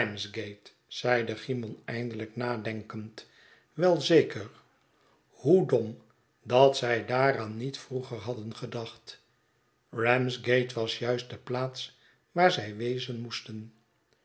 cymon eindelijk nadenkend wei zeker hoe dom dat zij daaraan niet vroeger hadden gedacht ramsgate wasjuist de plaats waar zij wezen moesten